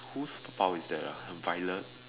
whose power is that ah Violet